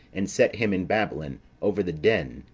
and set him in babylon, over the den,